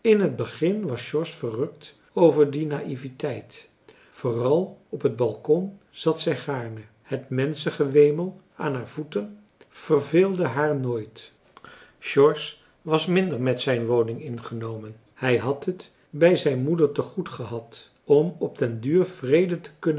het begin was george verrukt over die naïeveteit vooral op het balcon zat zij gaarne het menschengewemel aan haar voeten verveelde haar nooit george was minder met zijn woning ingenomen hij had het bij zijn moeder te goed gehad om op den duur vrede te kunnen